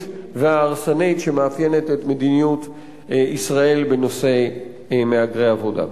וההרסנית שמאפיינת את מדיניות ישראל בנושא מהגרי העבודה.